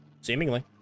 Seemingly